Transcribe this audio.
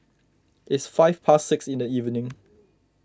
its five past six in the evening